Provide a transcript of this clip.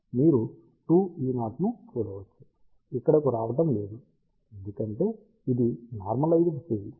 మీరు 2E0 ను చూడవచ్చు ఇక్కడకు రావడం లేదు ఎందుకంటే ఇది నార్మలైజ్డ్ ఫీల్డ్